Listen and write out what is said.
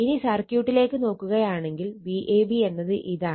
ഇനി സർക്യൂട്ടിലേക്ക് നോക്കുകയാണെങ്കിൽ Vab എന്നത് ഇതാണ്